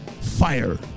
fire